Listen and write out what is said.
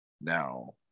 now